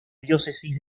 diócesis